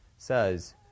says